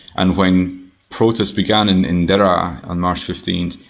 and when protests began in in daraa on march fifteen,